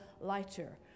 lighter